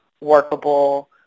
workable